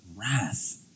wrath